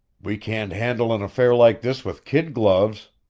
we can't handle an affair like this with kid gloves!